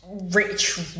rich